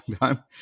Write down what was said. time